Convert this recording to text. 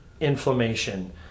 inflammation